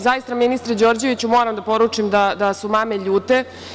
Zaista, ministre Đorđeviću, moram da poručim da su mame ljute.